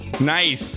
Nice